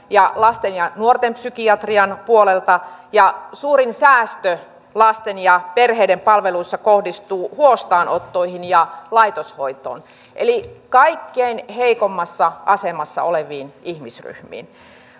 sekä lasten ja nuortenpsykiatrian puolelta ja suurin säästö lasten ja perheiden palveluissa kohdistuu huostaanottoihin ja laitoshoitoon eli kaikkein heikoimmassa asemassa oleviin ihmisryhmiin